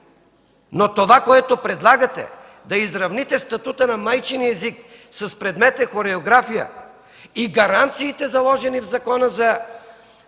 Но това, което предлагате, да изравните статута на майчиния език с предмета „Хореография” и гаранциите, заложени в специалния